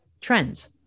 trends